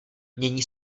mění